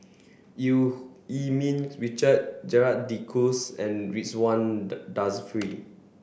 Eu Yee Ming Richard Gerald De Cruz and Ridzwan Dzafir